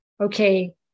okay